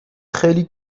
خیلی